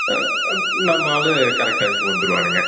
ஆ நம்ம ஆளு கரெக்ட் டைம்க்கு வந்துடுவானுங்க